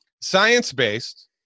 science-based